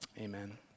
Amen